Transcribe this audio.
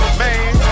man